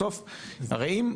בסוף, הרי אתה